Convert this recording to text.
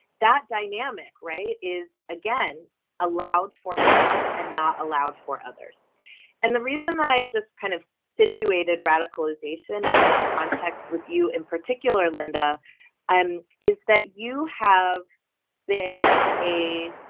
that dynamic right is again allowed for some and not allowed for others and the reason that i just kind of situated radicalization in that context with you in particular linda and is that you have been a